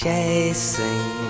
Chasing